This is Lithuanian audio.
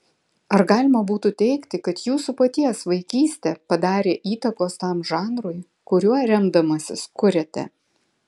ar galima būtų teigti kad jūsų paties vaikystė padarė įtakos tam žanrui kuriuo remdamasis kuriate